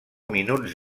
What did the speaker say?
minuts